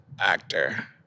actor